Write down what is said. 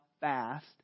fast